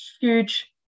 huge